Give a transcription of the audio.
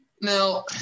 now